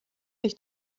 ich